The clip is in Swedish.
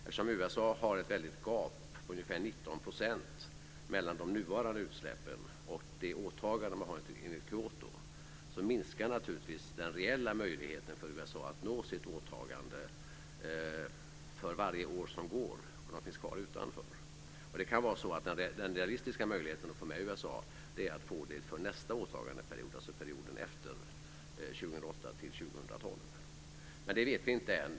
Eftersom USA har ett väldigt gap på ungefär 19 % mellan de nuvarande utsläppen och det åtagande man har enligt Kyotoprotokollet minskar naturligtvis den reella möjligheten för USA att nå sitt åtagande för varje år som går om det finns kvar utanför. Det kan vara så att den realistiska möjligheten att få med USA är att få med USA för nästa åtagandeperiod, dvs. Det vet vi inte än.